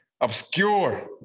obscure